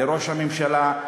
לראש הממשלה,